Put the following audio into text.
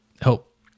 help